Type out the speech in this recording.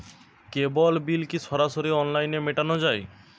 কেবল bill কি সরাসরি অনলাইনে মেটানো য়ায়?